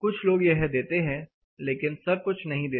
कुछ लोग यह देते हैं लेकिन सब कुछ नहीं देते